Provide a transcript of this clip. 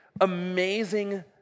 amazing